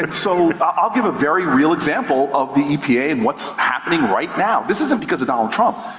like so i'll give a very real example of the epa and what's happening right now. this isn't because of donald trump.